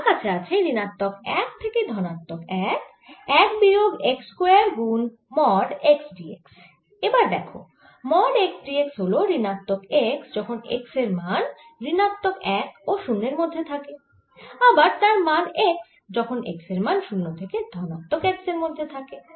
আমার কাছে আছে ঋণাত্মক 1 থেকে ধনাত্মক 1 1 বিয়োগ x স্কয়ার গুন মড x d x এবার দেখো মড x সমান হল ঋণাত্মক x যখন x এর মান ঋণাত্মক 1 থেকে 0 এর মধ্যে থাকে আবার তার মান x যখন x এর মান 0 থেকে ধনাত্মক 1 এর মধ্যে থাকে